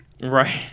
Right